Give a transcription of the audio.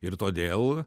ir todėl